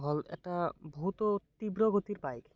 হ'ল এটা বহুতো তীব্ৰ গতিৰ বাইক